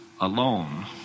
alone